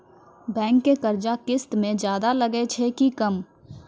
Bank के कर्जा किस्त मे ज्यादा लागै छै कि कम?